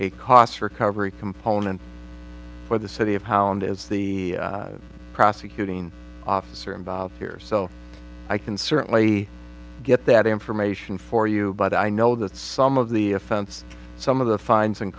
a cost recovery component for the city of hound is the prosecuting officer involved here so i can certainly get that information for you but i know that some of the offense some of the fines and